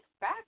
back